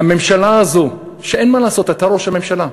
הממשלה הזאת, אין מה לעשות, אתה ראש הממשלה,